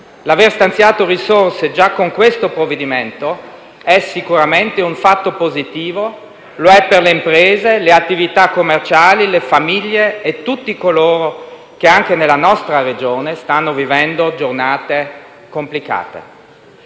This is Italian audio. L'aver stanziato risorse già con questo provvedimento è sicuramente un fatto positivo: lo è per le imprese, le attività commerciali, le famiglie e tutti coloro che, anche nella nostra Regione, stanno vivendo giornate complicate.